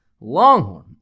Longhorn